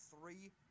Three